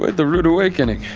ah the rude awakening.